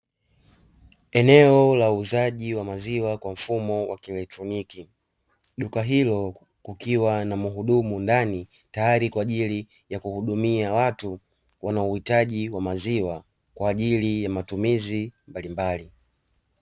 Eneo la uuzaji wa maziwa kwa mfumo wa kielotroniki, duka hilo kukiwa na mhudumu ndani tayari kwa ajili ya kuhudumia watu wenye uhitaji wa maziwa kwa ajili ya matumizi mbalimbali.